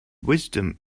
wisdom